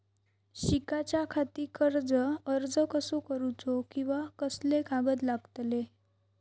शिकाच्याखाती कर्ज अर्ज कसो करुचो कीवा कसले कागद लागतले?